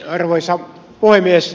arvoisa puhemies